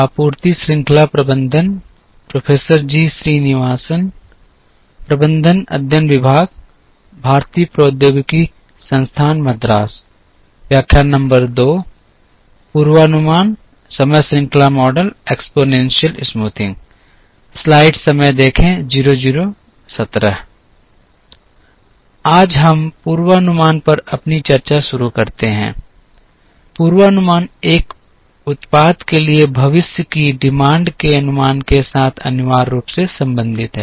आज हम पूर्वानुमान पर अपनी चर्चा शुरू करते हैं पूर्वानुमान एक उत्पाद के लिए भविष्य की मांग के अनुमान के साथ अनिवार्य रूप से संबंधित है